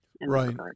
Right